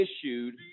issued